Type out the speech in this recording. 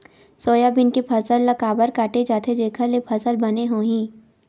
Soybean के फसल ल काबर काटे जाथे जेखर ले फसल बने होही?